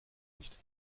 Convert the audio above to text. nicht